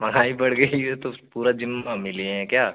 महँगाई बढ़ गई है तो उसपे पूरा जिम्मा हमी लिए हैं क्या